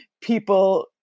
People